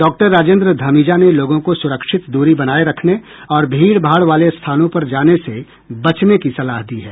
doctor Rajendra Dhamija ने लोगों को सुरक्षित दूरी बनाए रखने और भीड़ भाड़ वाले स्थानों पर जाने से बचने की सलाह दी है